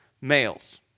males